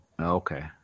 Okay